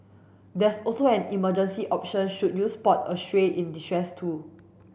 there's also an emergency option should you spot a stray in distress too